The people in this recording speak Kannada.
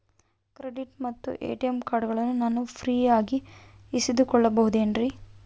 ಕ್ರೆಡಿಟ್ ಮತ್ತ ಎ.ಟಿ.ಎಂ ಕಾರ್ಡಗಳನ್ನ ನಾನು ಫ್ರೇಯಾಗಿ ಇಸಿದುಕೊಳ್ಳಬಹುದೇನ್ರಿ?